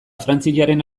frantziaren